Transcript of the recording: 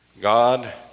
God